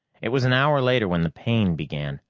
it was an hour later when the pain began.